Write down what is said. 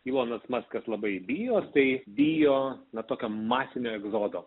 jonas mazgas labai bijo estai bijo ne tokio masinio egzodo